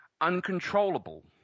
uncontrollable